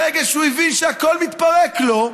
ברגע שהוא הבין שהכול מתפרק לו ,